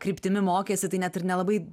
kryptimi mokėsi tai net ir nelabai